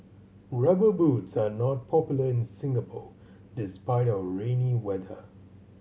Rubber Boots are not popular in Singapore despite our rainy weather